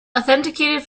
authenticated